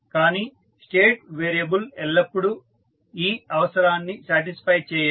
కానీ state variable ఎల్లప్పుడూ ఈ అవసరాన్ని సాటిస్ఫై చేయదు